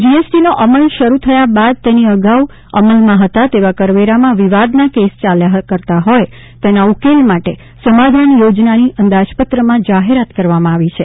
જીએસટીનો અમલ શરૂ થયા બાદ તેની અગાઉ અમલમાં હતા તેવા કરવેરામાં વિવાદના કેસ ચાલ્યા કરતા હોય તેના ઉકેલ માટે સમાધાન યોજનાની અંદાજપત્રમાં જાહેરાત કરવામાં આવી છે